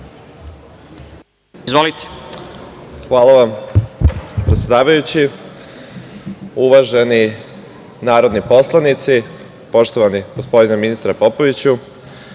Pajkić** Hvala vam, predsedavajući. Uvaženi narodni poslanici, poštovani gospodine ministre Popoviću,